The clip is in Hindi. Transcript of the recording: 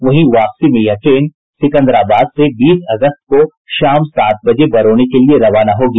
वहीं वापसी में यह ट्रेन सिकंदराबाद से बीस अगस्त को शाम सात बजे बरौनी के लिए रवाना होगी